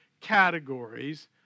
categories